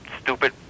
stupid